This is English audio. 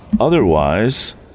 otherwise